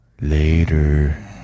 Later